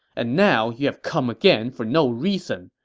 and now you have come again for no reason.